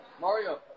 mario